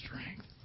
strength